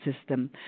system